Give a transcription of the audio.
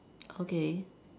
okay